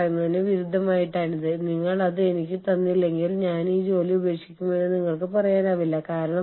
കാഴ്ചപ്പാടിൽ വിശാലമായ വൈദഗ്ദ്ധ്യം അന്താരാഷ്ട്ര മാനവ വിഭവശേഷി മാനേജ്മെന്റിൽ ആവശ്യമാണ്